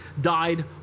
died